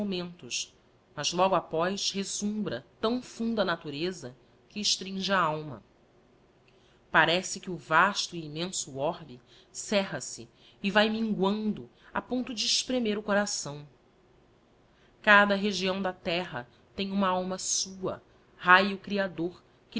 momentos mas logo após resumbra tão funda tristeza que estringe a alma parece que o vasto e immenso orbe cerra se e vae minguando a ponto de espremer o coração cada região da terra tem uma alma sua raio íreador que